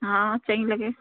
हा चई लॻे